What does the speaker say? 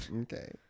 Okay